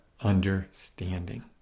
understanding